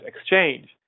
exchange